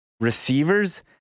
receivers